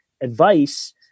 advice